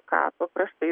ką paprastai